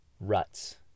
ruts